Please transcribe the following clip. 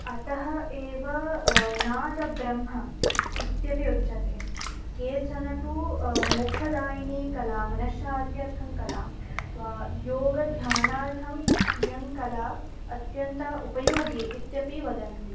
अतः एव नादब्रम्ह इत्यपि उच्यते केचन तु मोक्षदायिनी कला मनश्शान्त्यर्थं कला वा योगध्यानार्थम् इयङ्कला अत्यन्ता उपयोगिनी इत्यपि वदन्ति